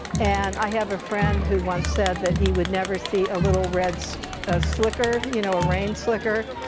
and i have a friend who once said that he would never see a little red so ah slicker, you know a rain slicker,